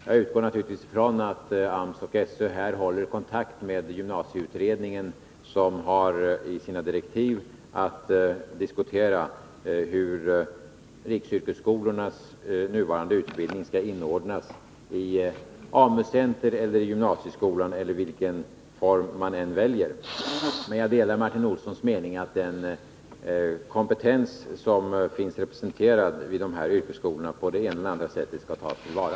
Jag utgår naturligtvis från att AMS och SÖ här håller kontakt med gymnasieutredningen, som enligt sina direktiv har att diskutera hur riksyrkesskolornas nuvarande utbildning skall inordnas i verksamheten — i AMU-center eller gymnasieskola eller den form i övrigt man må välja. Men jag delar Martin Olssons mening att den kompetens som finns representerad vid de här yrkesskolorna på det ena eller andra sättet skall tas till vara.